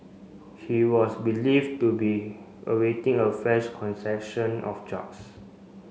he was believed to be awaiting a fresh of drugs